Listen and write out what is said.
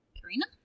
Karina